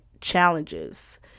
challenges